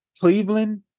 Cleveland